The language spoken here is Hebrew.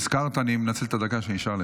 אני מנצל את הדקה שנשארה לך,